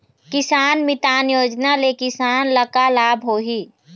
किसान मितान योजना ले किसान ल का लाभ होही?